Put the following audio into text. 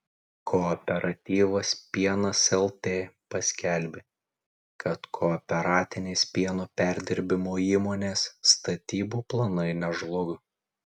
kooperatyvas pienas lt paskelbė kad kooperatinės pieno perdirbimo įmonės statybų planai nežlugo